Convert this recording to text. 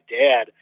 dad